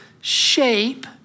shape